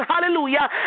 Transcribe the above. hallelujah